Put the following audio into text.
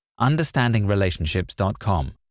understandingrelationships.com